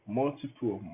multiple